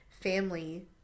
family